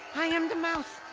i am the mouse,